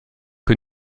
que